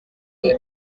iyi